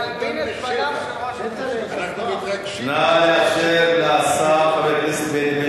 להלבין את פניו של ראש הממשלה.